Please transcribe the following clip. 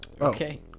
Okay